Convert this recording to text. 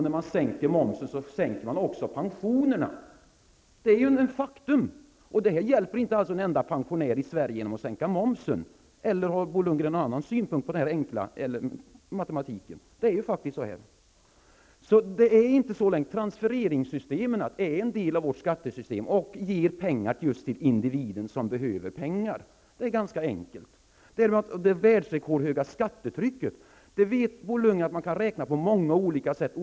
När man sänker momsen sänker man alltså även pensionerna. Det är ett faktum. Man hjälper alltså inte en enda pensionär i Sverige genom att sänka momsen, eller har Bo Lundgren någon annan synpunkt på denna enkla matematik? Det är faktiskt på det här sättet. Transfereringssystemen är en del av vårt skattesystem och ger pengar just till de individer som behöver pengar. Det är ganska enkelt. Beträffande det världsrekordhöga skattetrycket så vet Bo Lundgren att man kan räkna på många olika sätt.